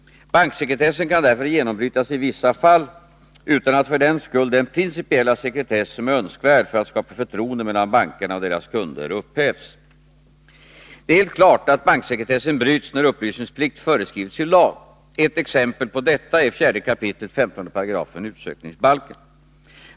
Banksekretessen kan därför genombrytas i vissa fall utan att för den skull den principiella sekretess som är önskvärd för att skapa förtroende mellan bankerna och deras kunder upphävs. Det är helt klart att banksekretessen bryts när upplysningsplikt föreskrivits ilag. Ett exempel på detta är 4 kap. 15 § utsökningsbalken.